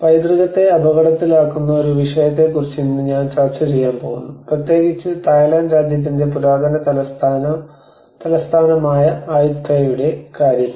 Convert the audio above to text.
പൈതൃകത്തെ അപകടത്തിലാക്കുന്ന ഒരു വിഷയത്തെക്കുറിച്ച് ഇന്ന് ഞാൻ ചർച്ചചെയ്യാൻ പോകുന്നു പ്രത്യേകിച്ച് തായ്ലൻഡ് രാജ്യത്തിന്റെ പുരാതന തലസ്ഥാനമായ ആയുത്തായയുടെ കാര്യത്തിൽ